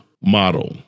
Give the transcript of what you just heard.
model